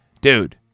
Dude